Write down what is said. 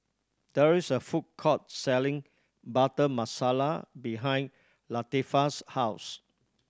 there is a food court selling Butter Masala behind Latifah's house